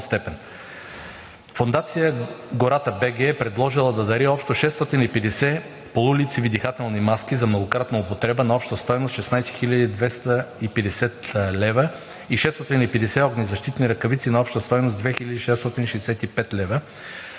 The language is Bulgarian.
Фондация „Гората.бг“ е предложила да дари общо 650 полулицеви дихателни маски за многократна употреба на обща стойност 16 хил. 250 лв. и 650 огнезащитни ръкавици на обща стойност 2 хил.